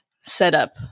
setup